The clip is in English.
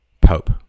Pope